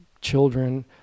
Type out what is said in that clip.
children